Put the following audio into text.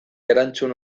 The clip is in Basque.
erantzun